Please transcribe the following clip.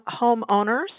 homeowners